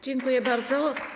Dziękuję bardzo.